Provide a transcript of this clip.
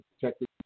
protected